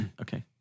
Okay